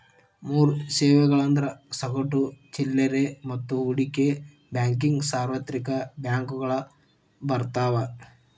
ಮೂರ್ ಸೇವೆಗಳಂದ್ರ ಸಗಟು ಚಿಲ್ಲರೆ ಮತ್ತ ಹೂಡಿಕೆ ಬ್ಯಾಂಕಿಂಗ್ ಸಾರ್ವತ್ರಿಕ ಬ್ಯಾಂಕಗಳು ಬರ್ತಾವ